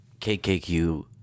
KKQ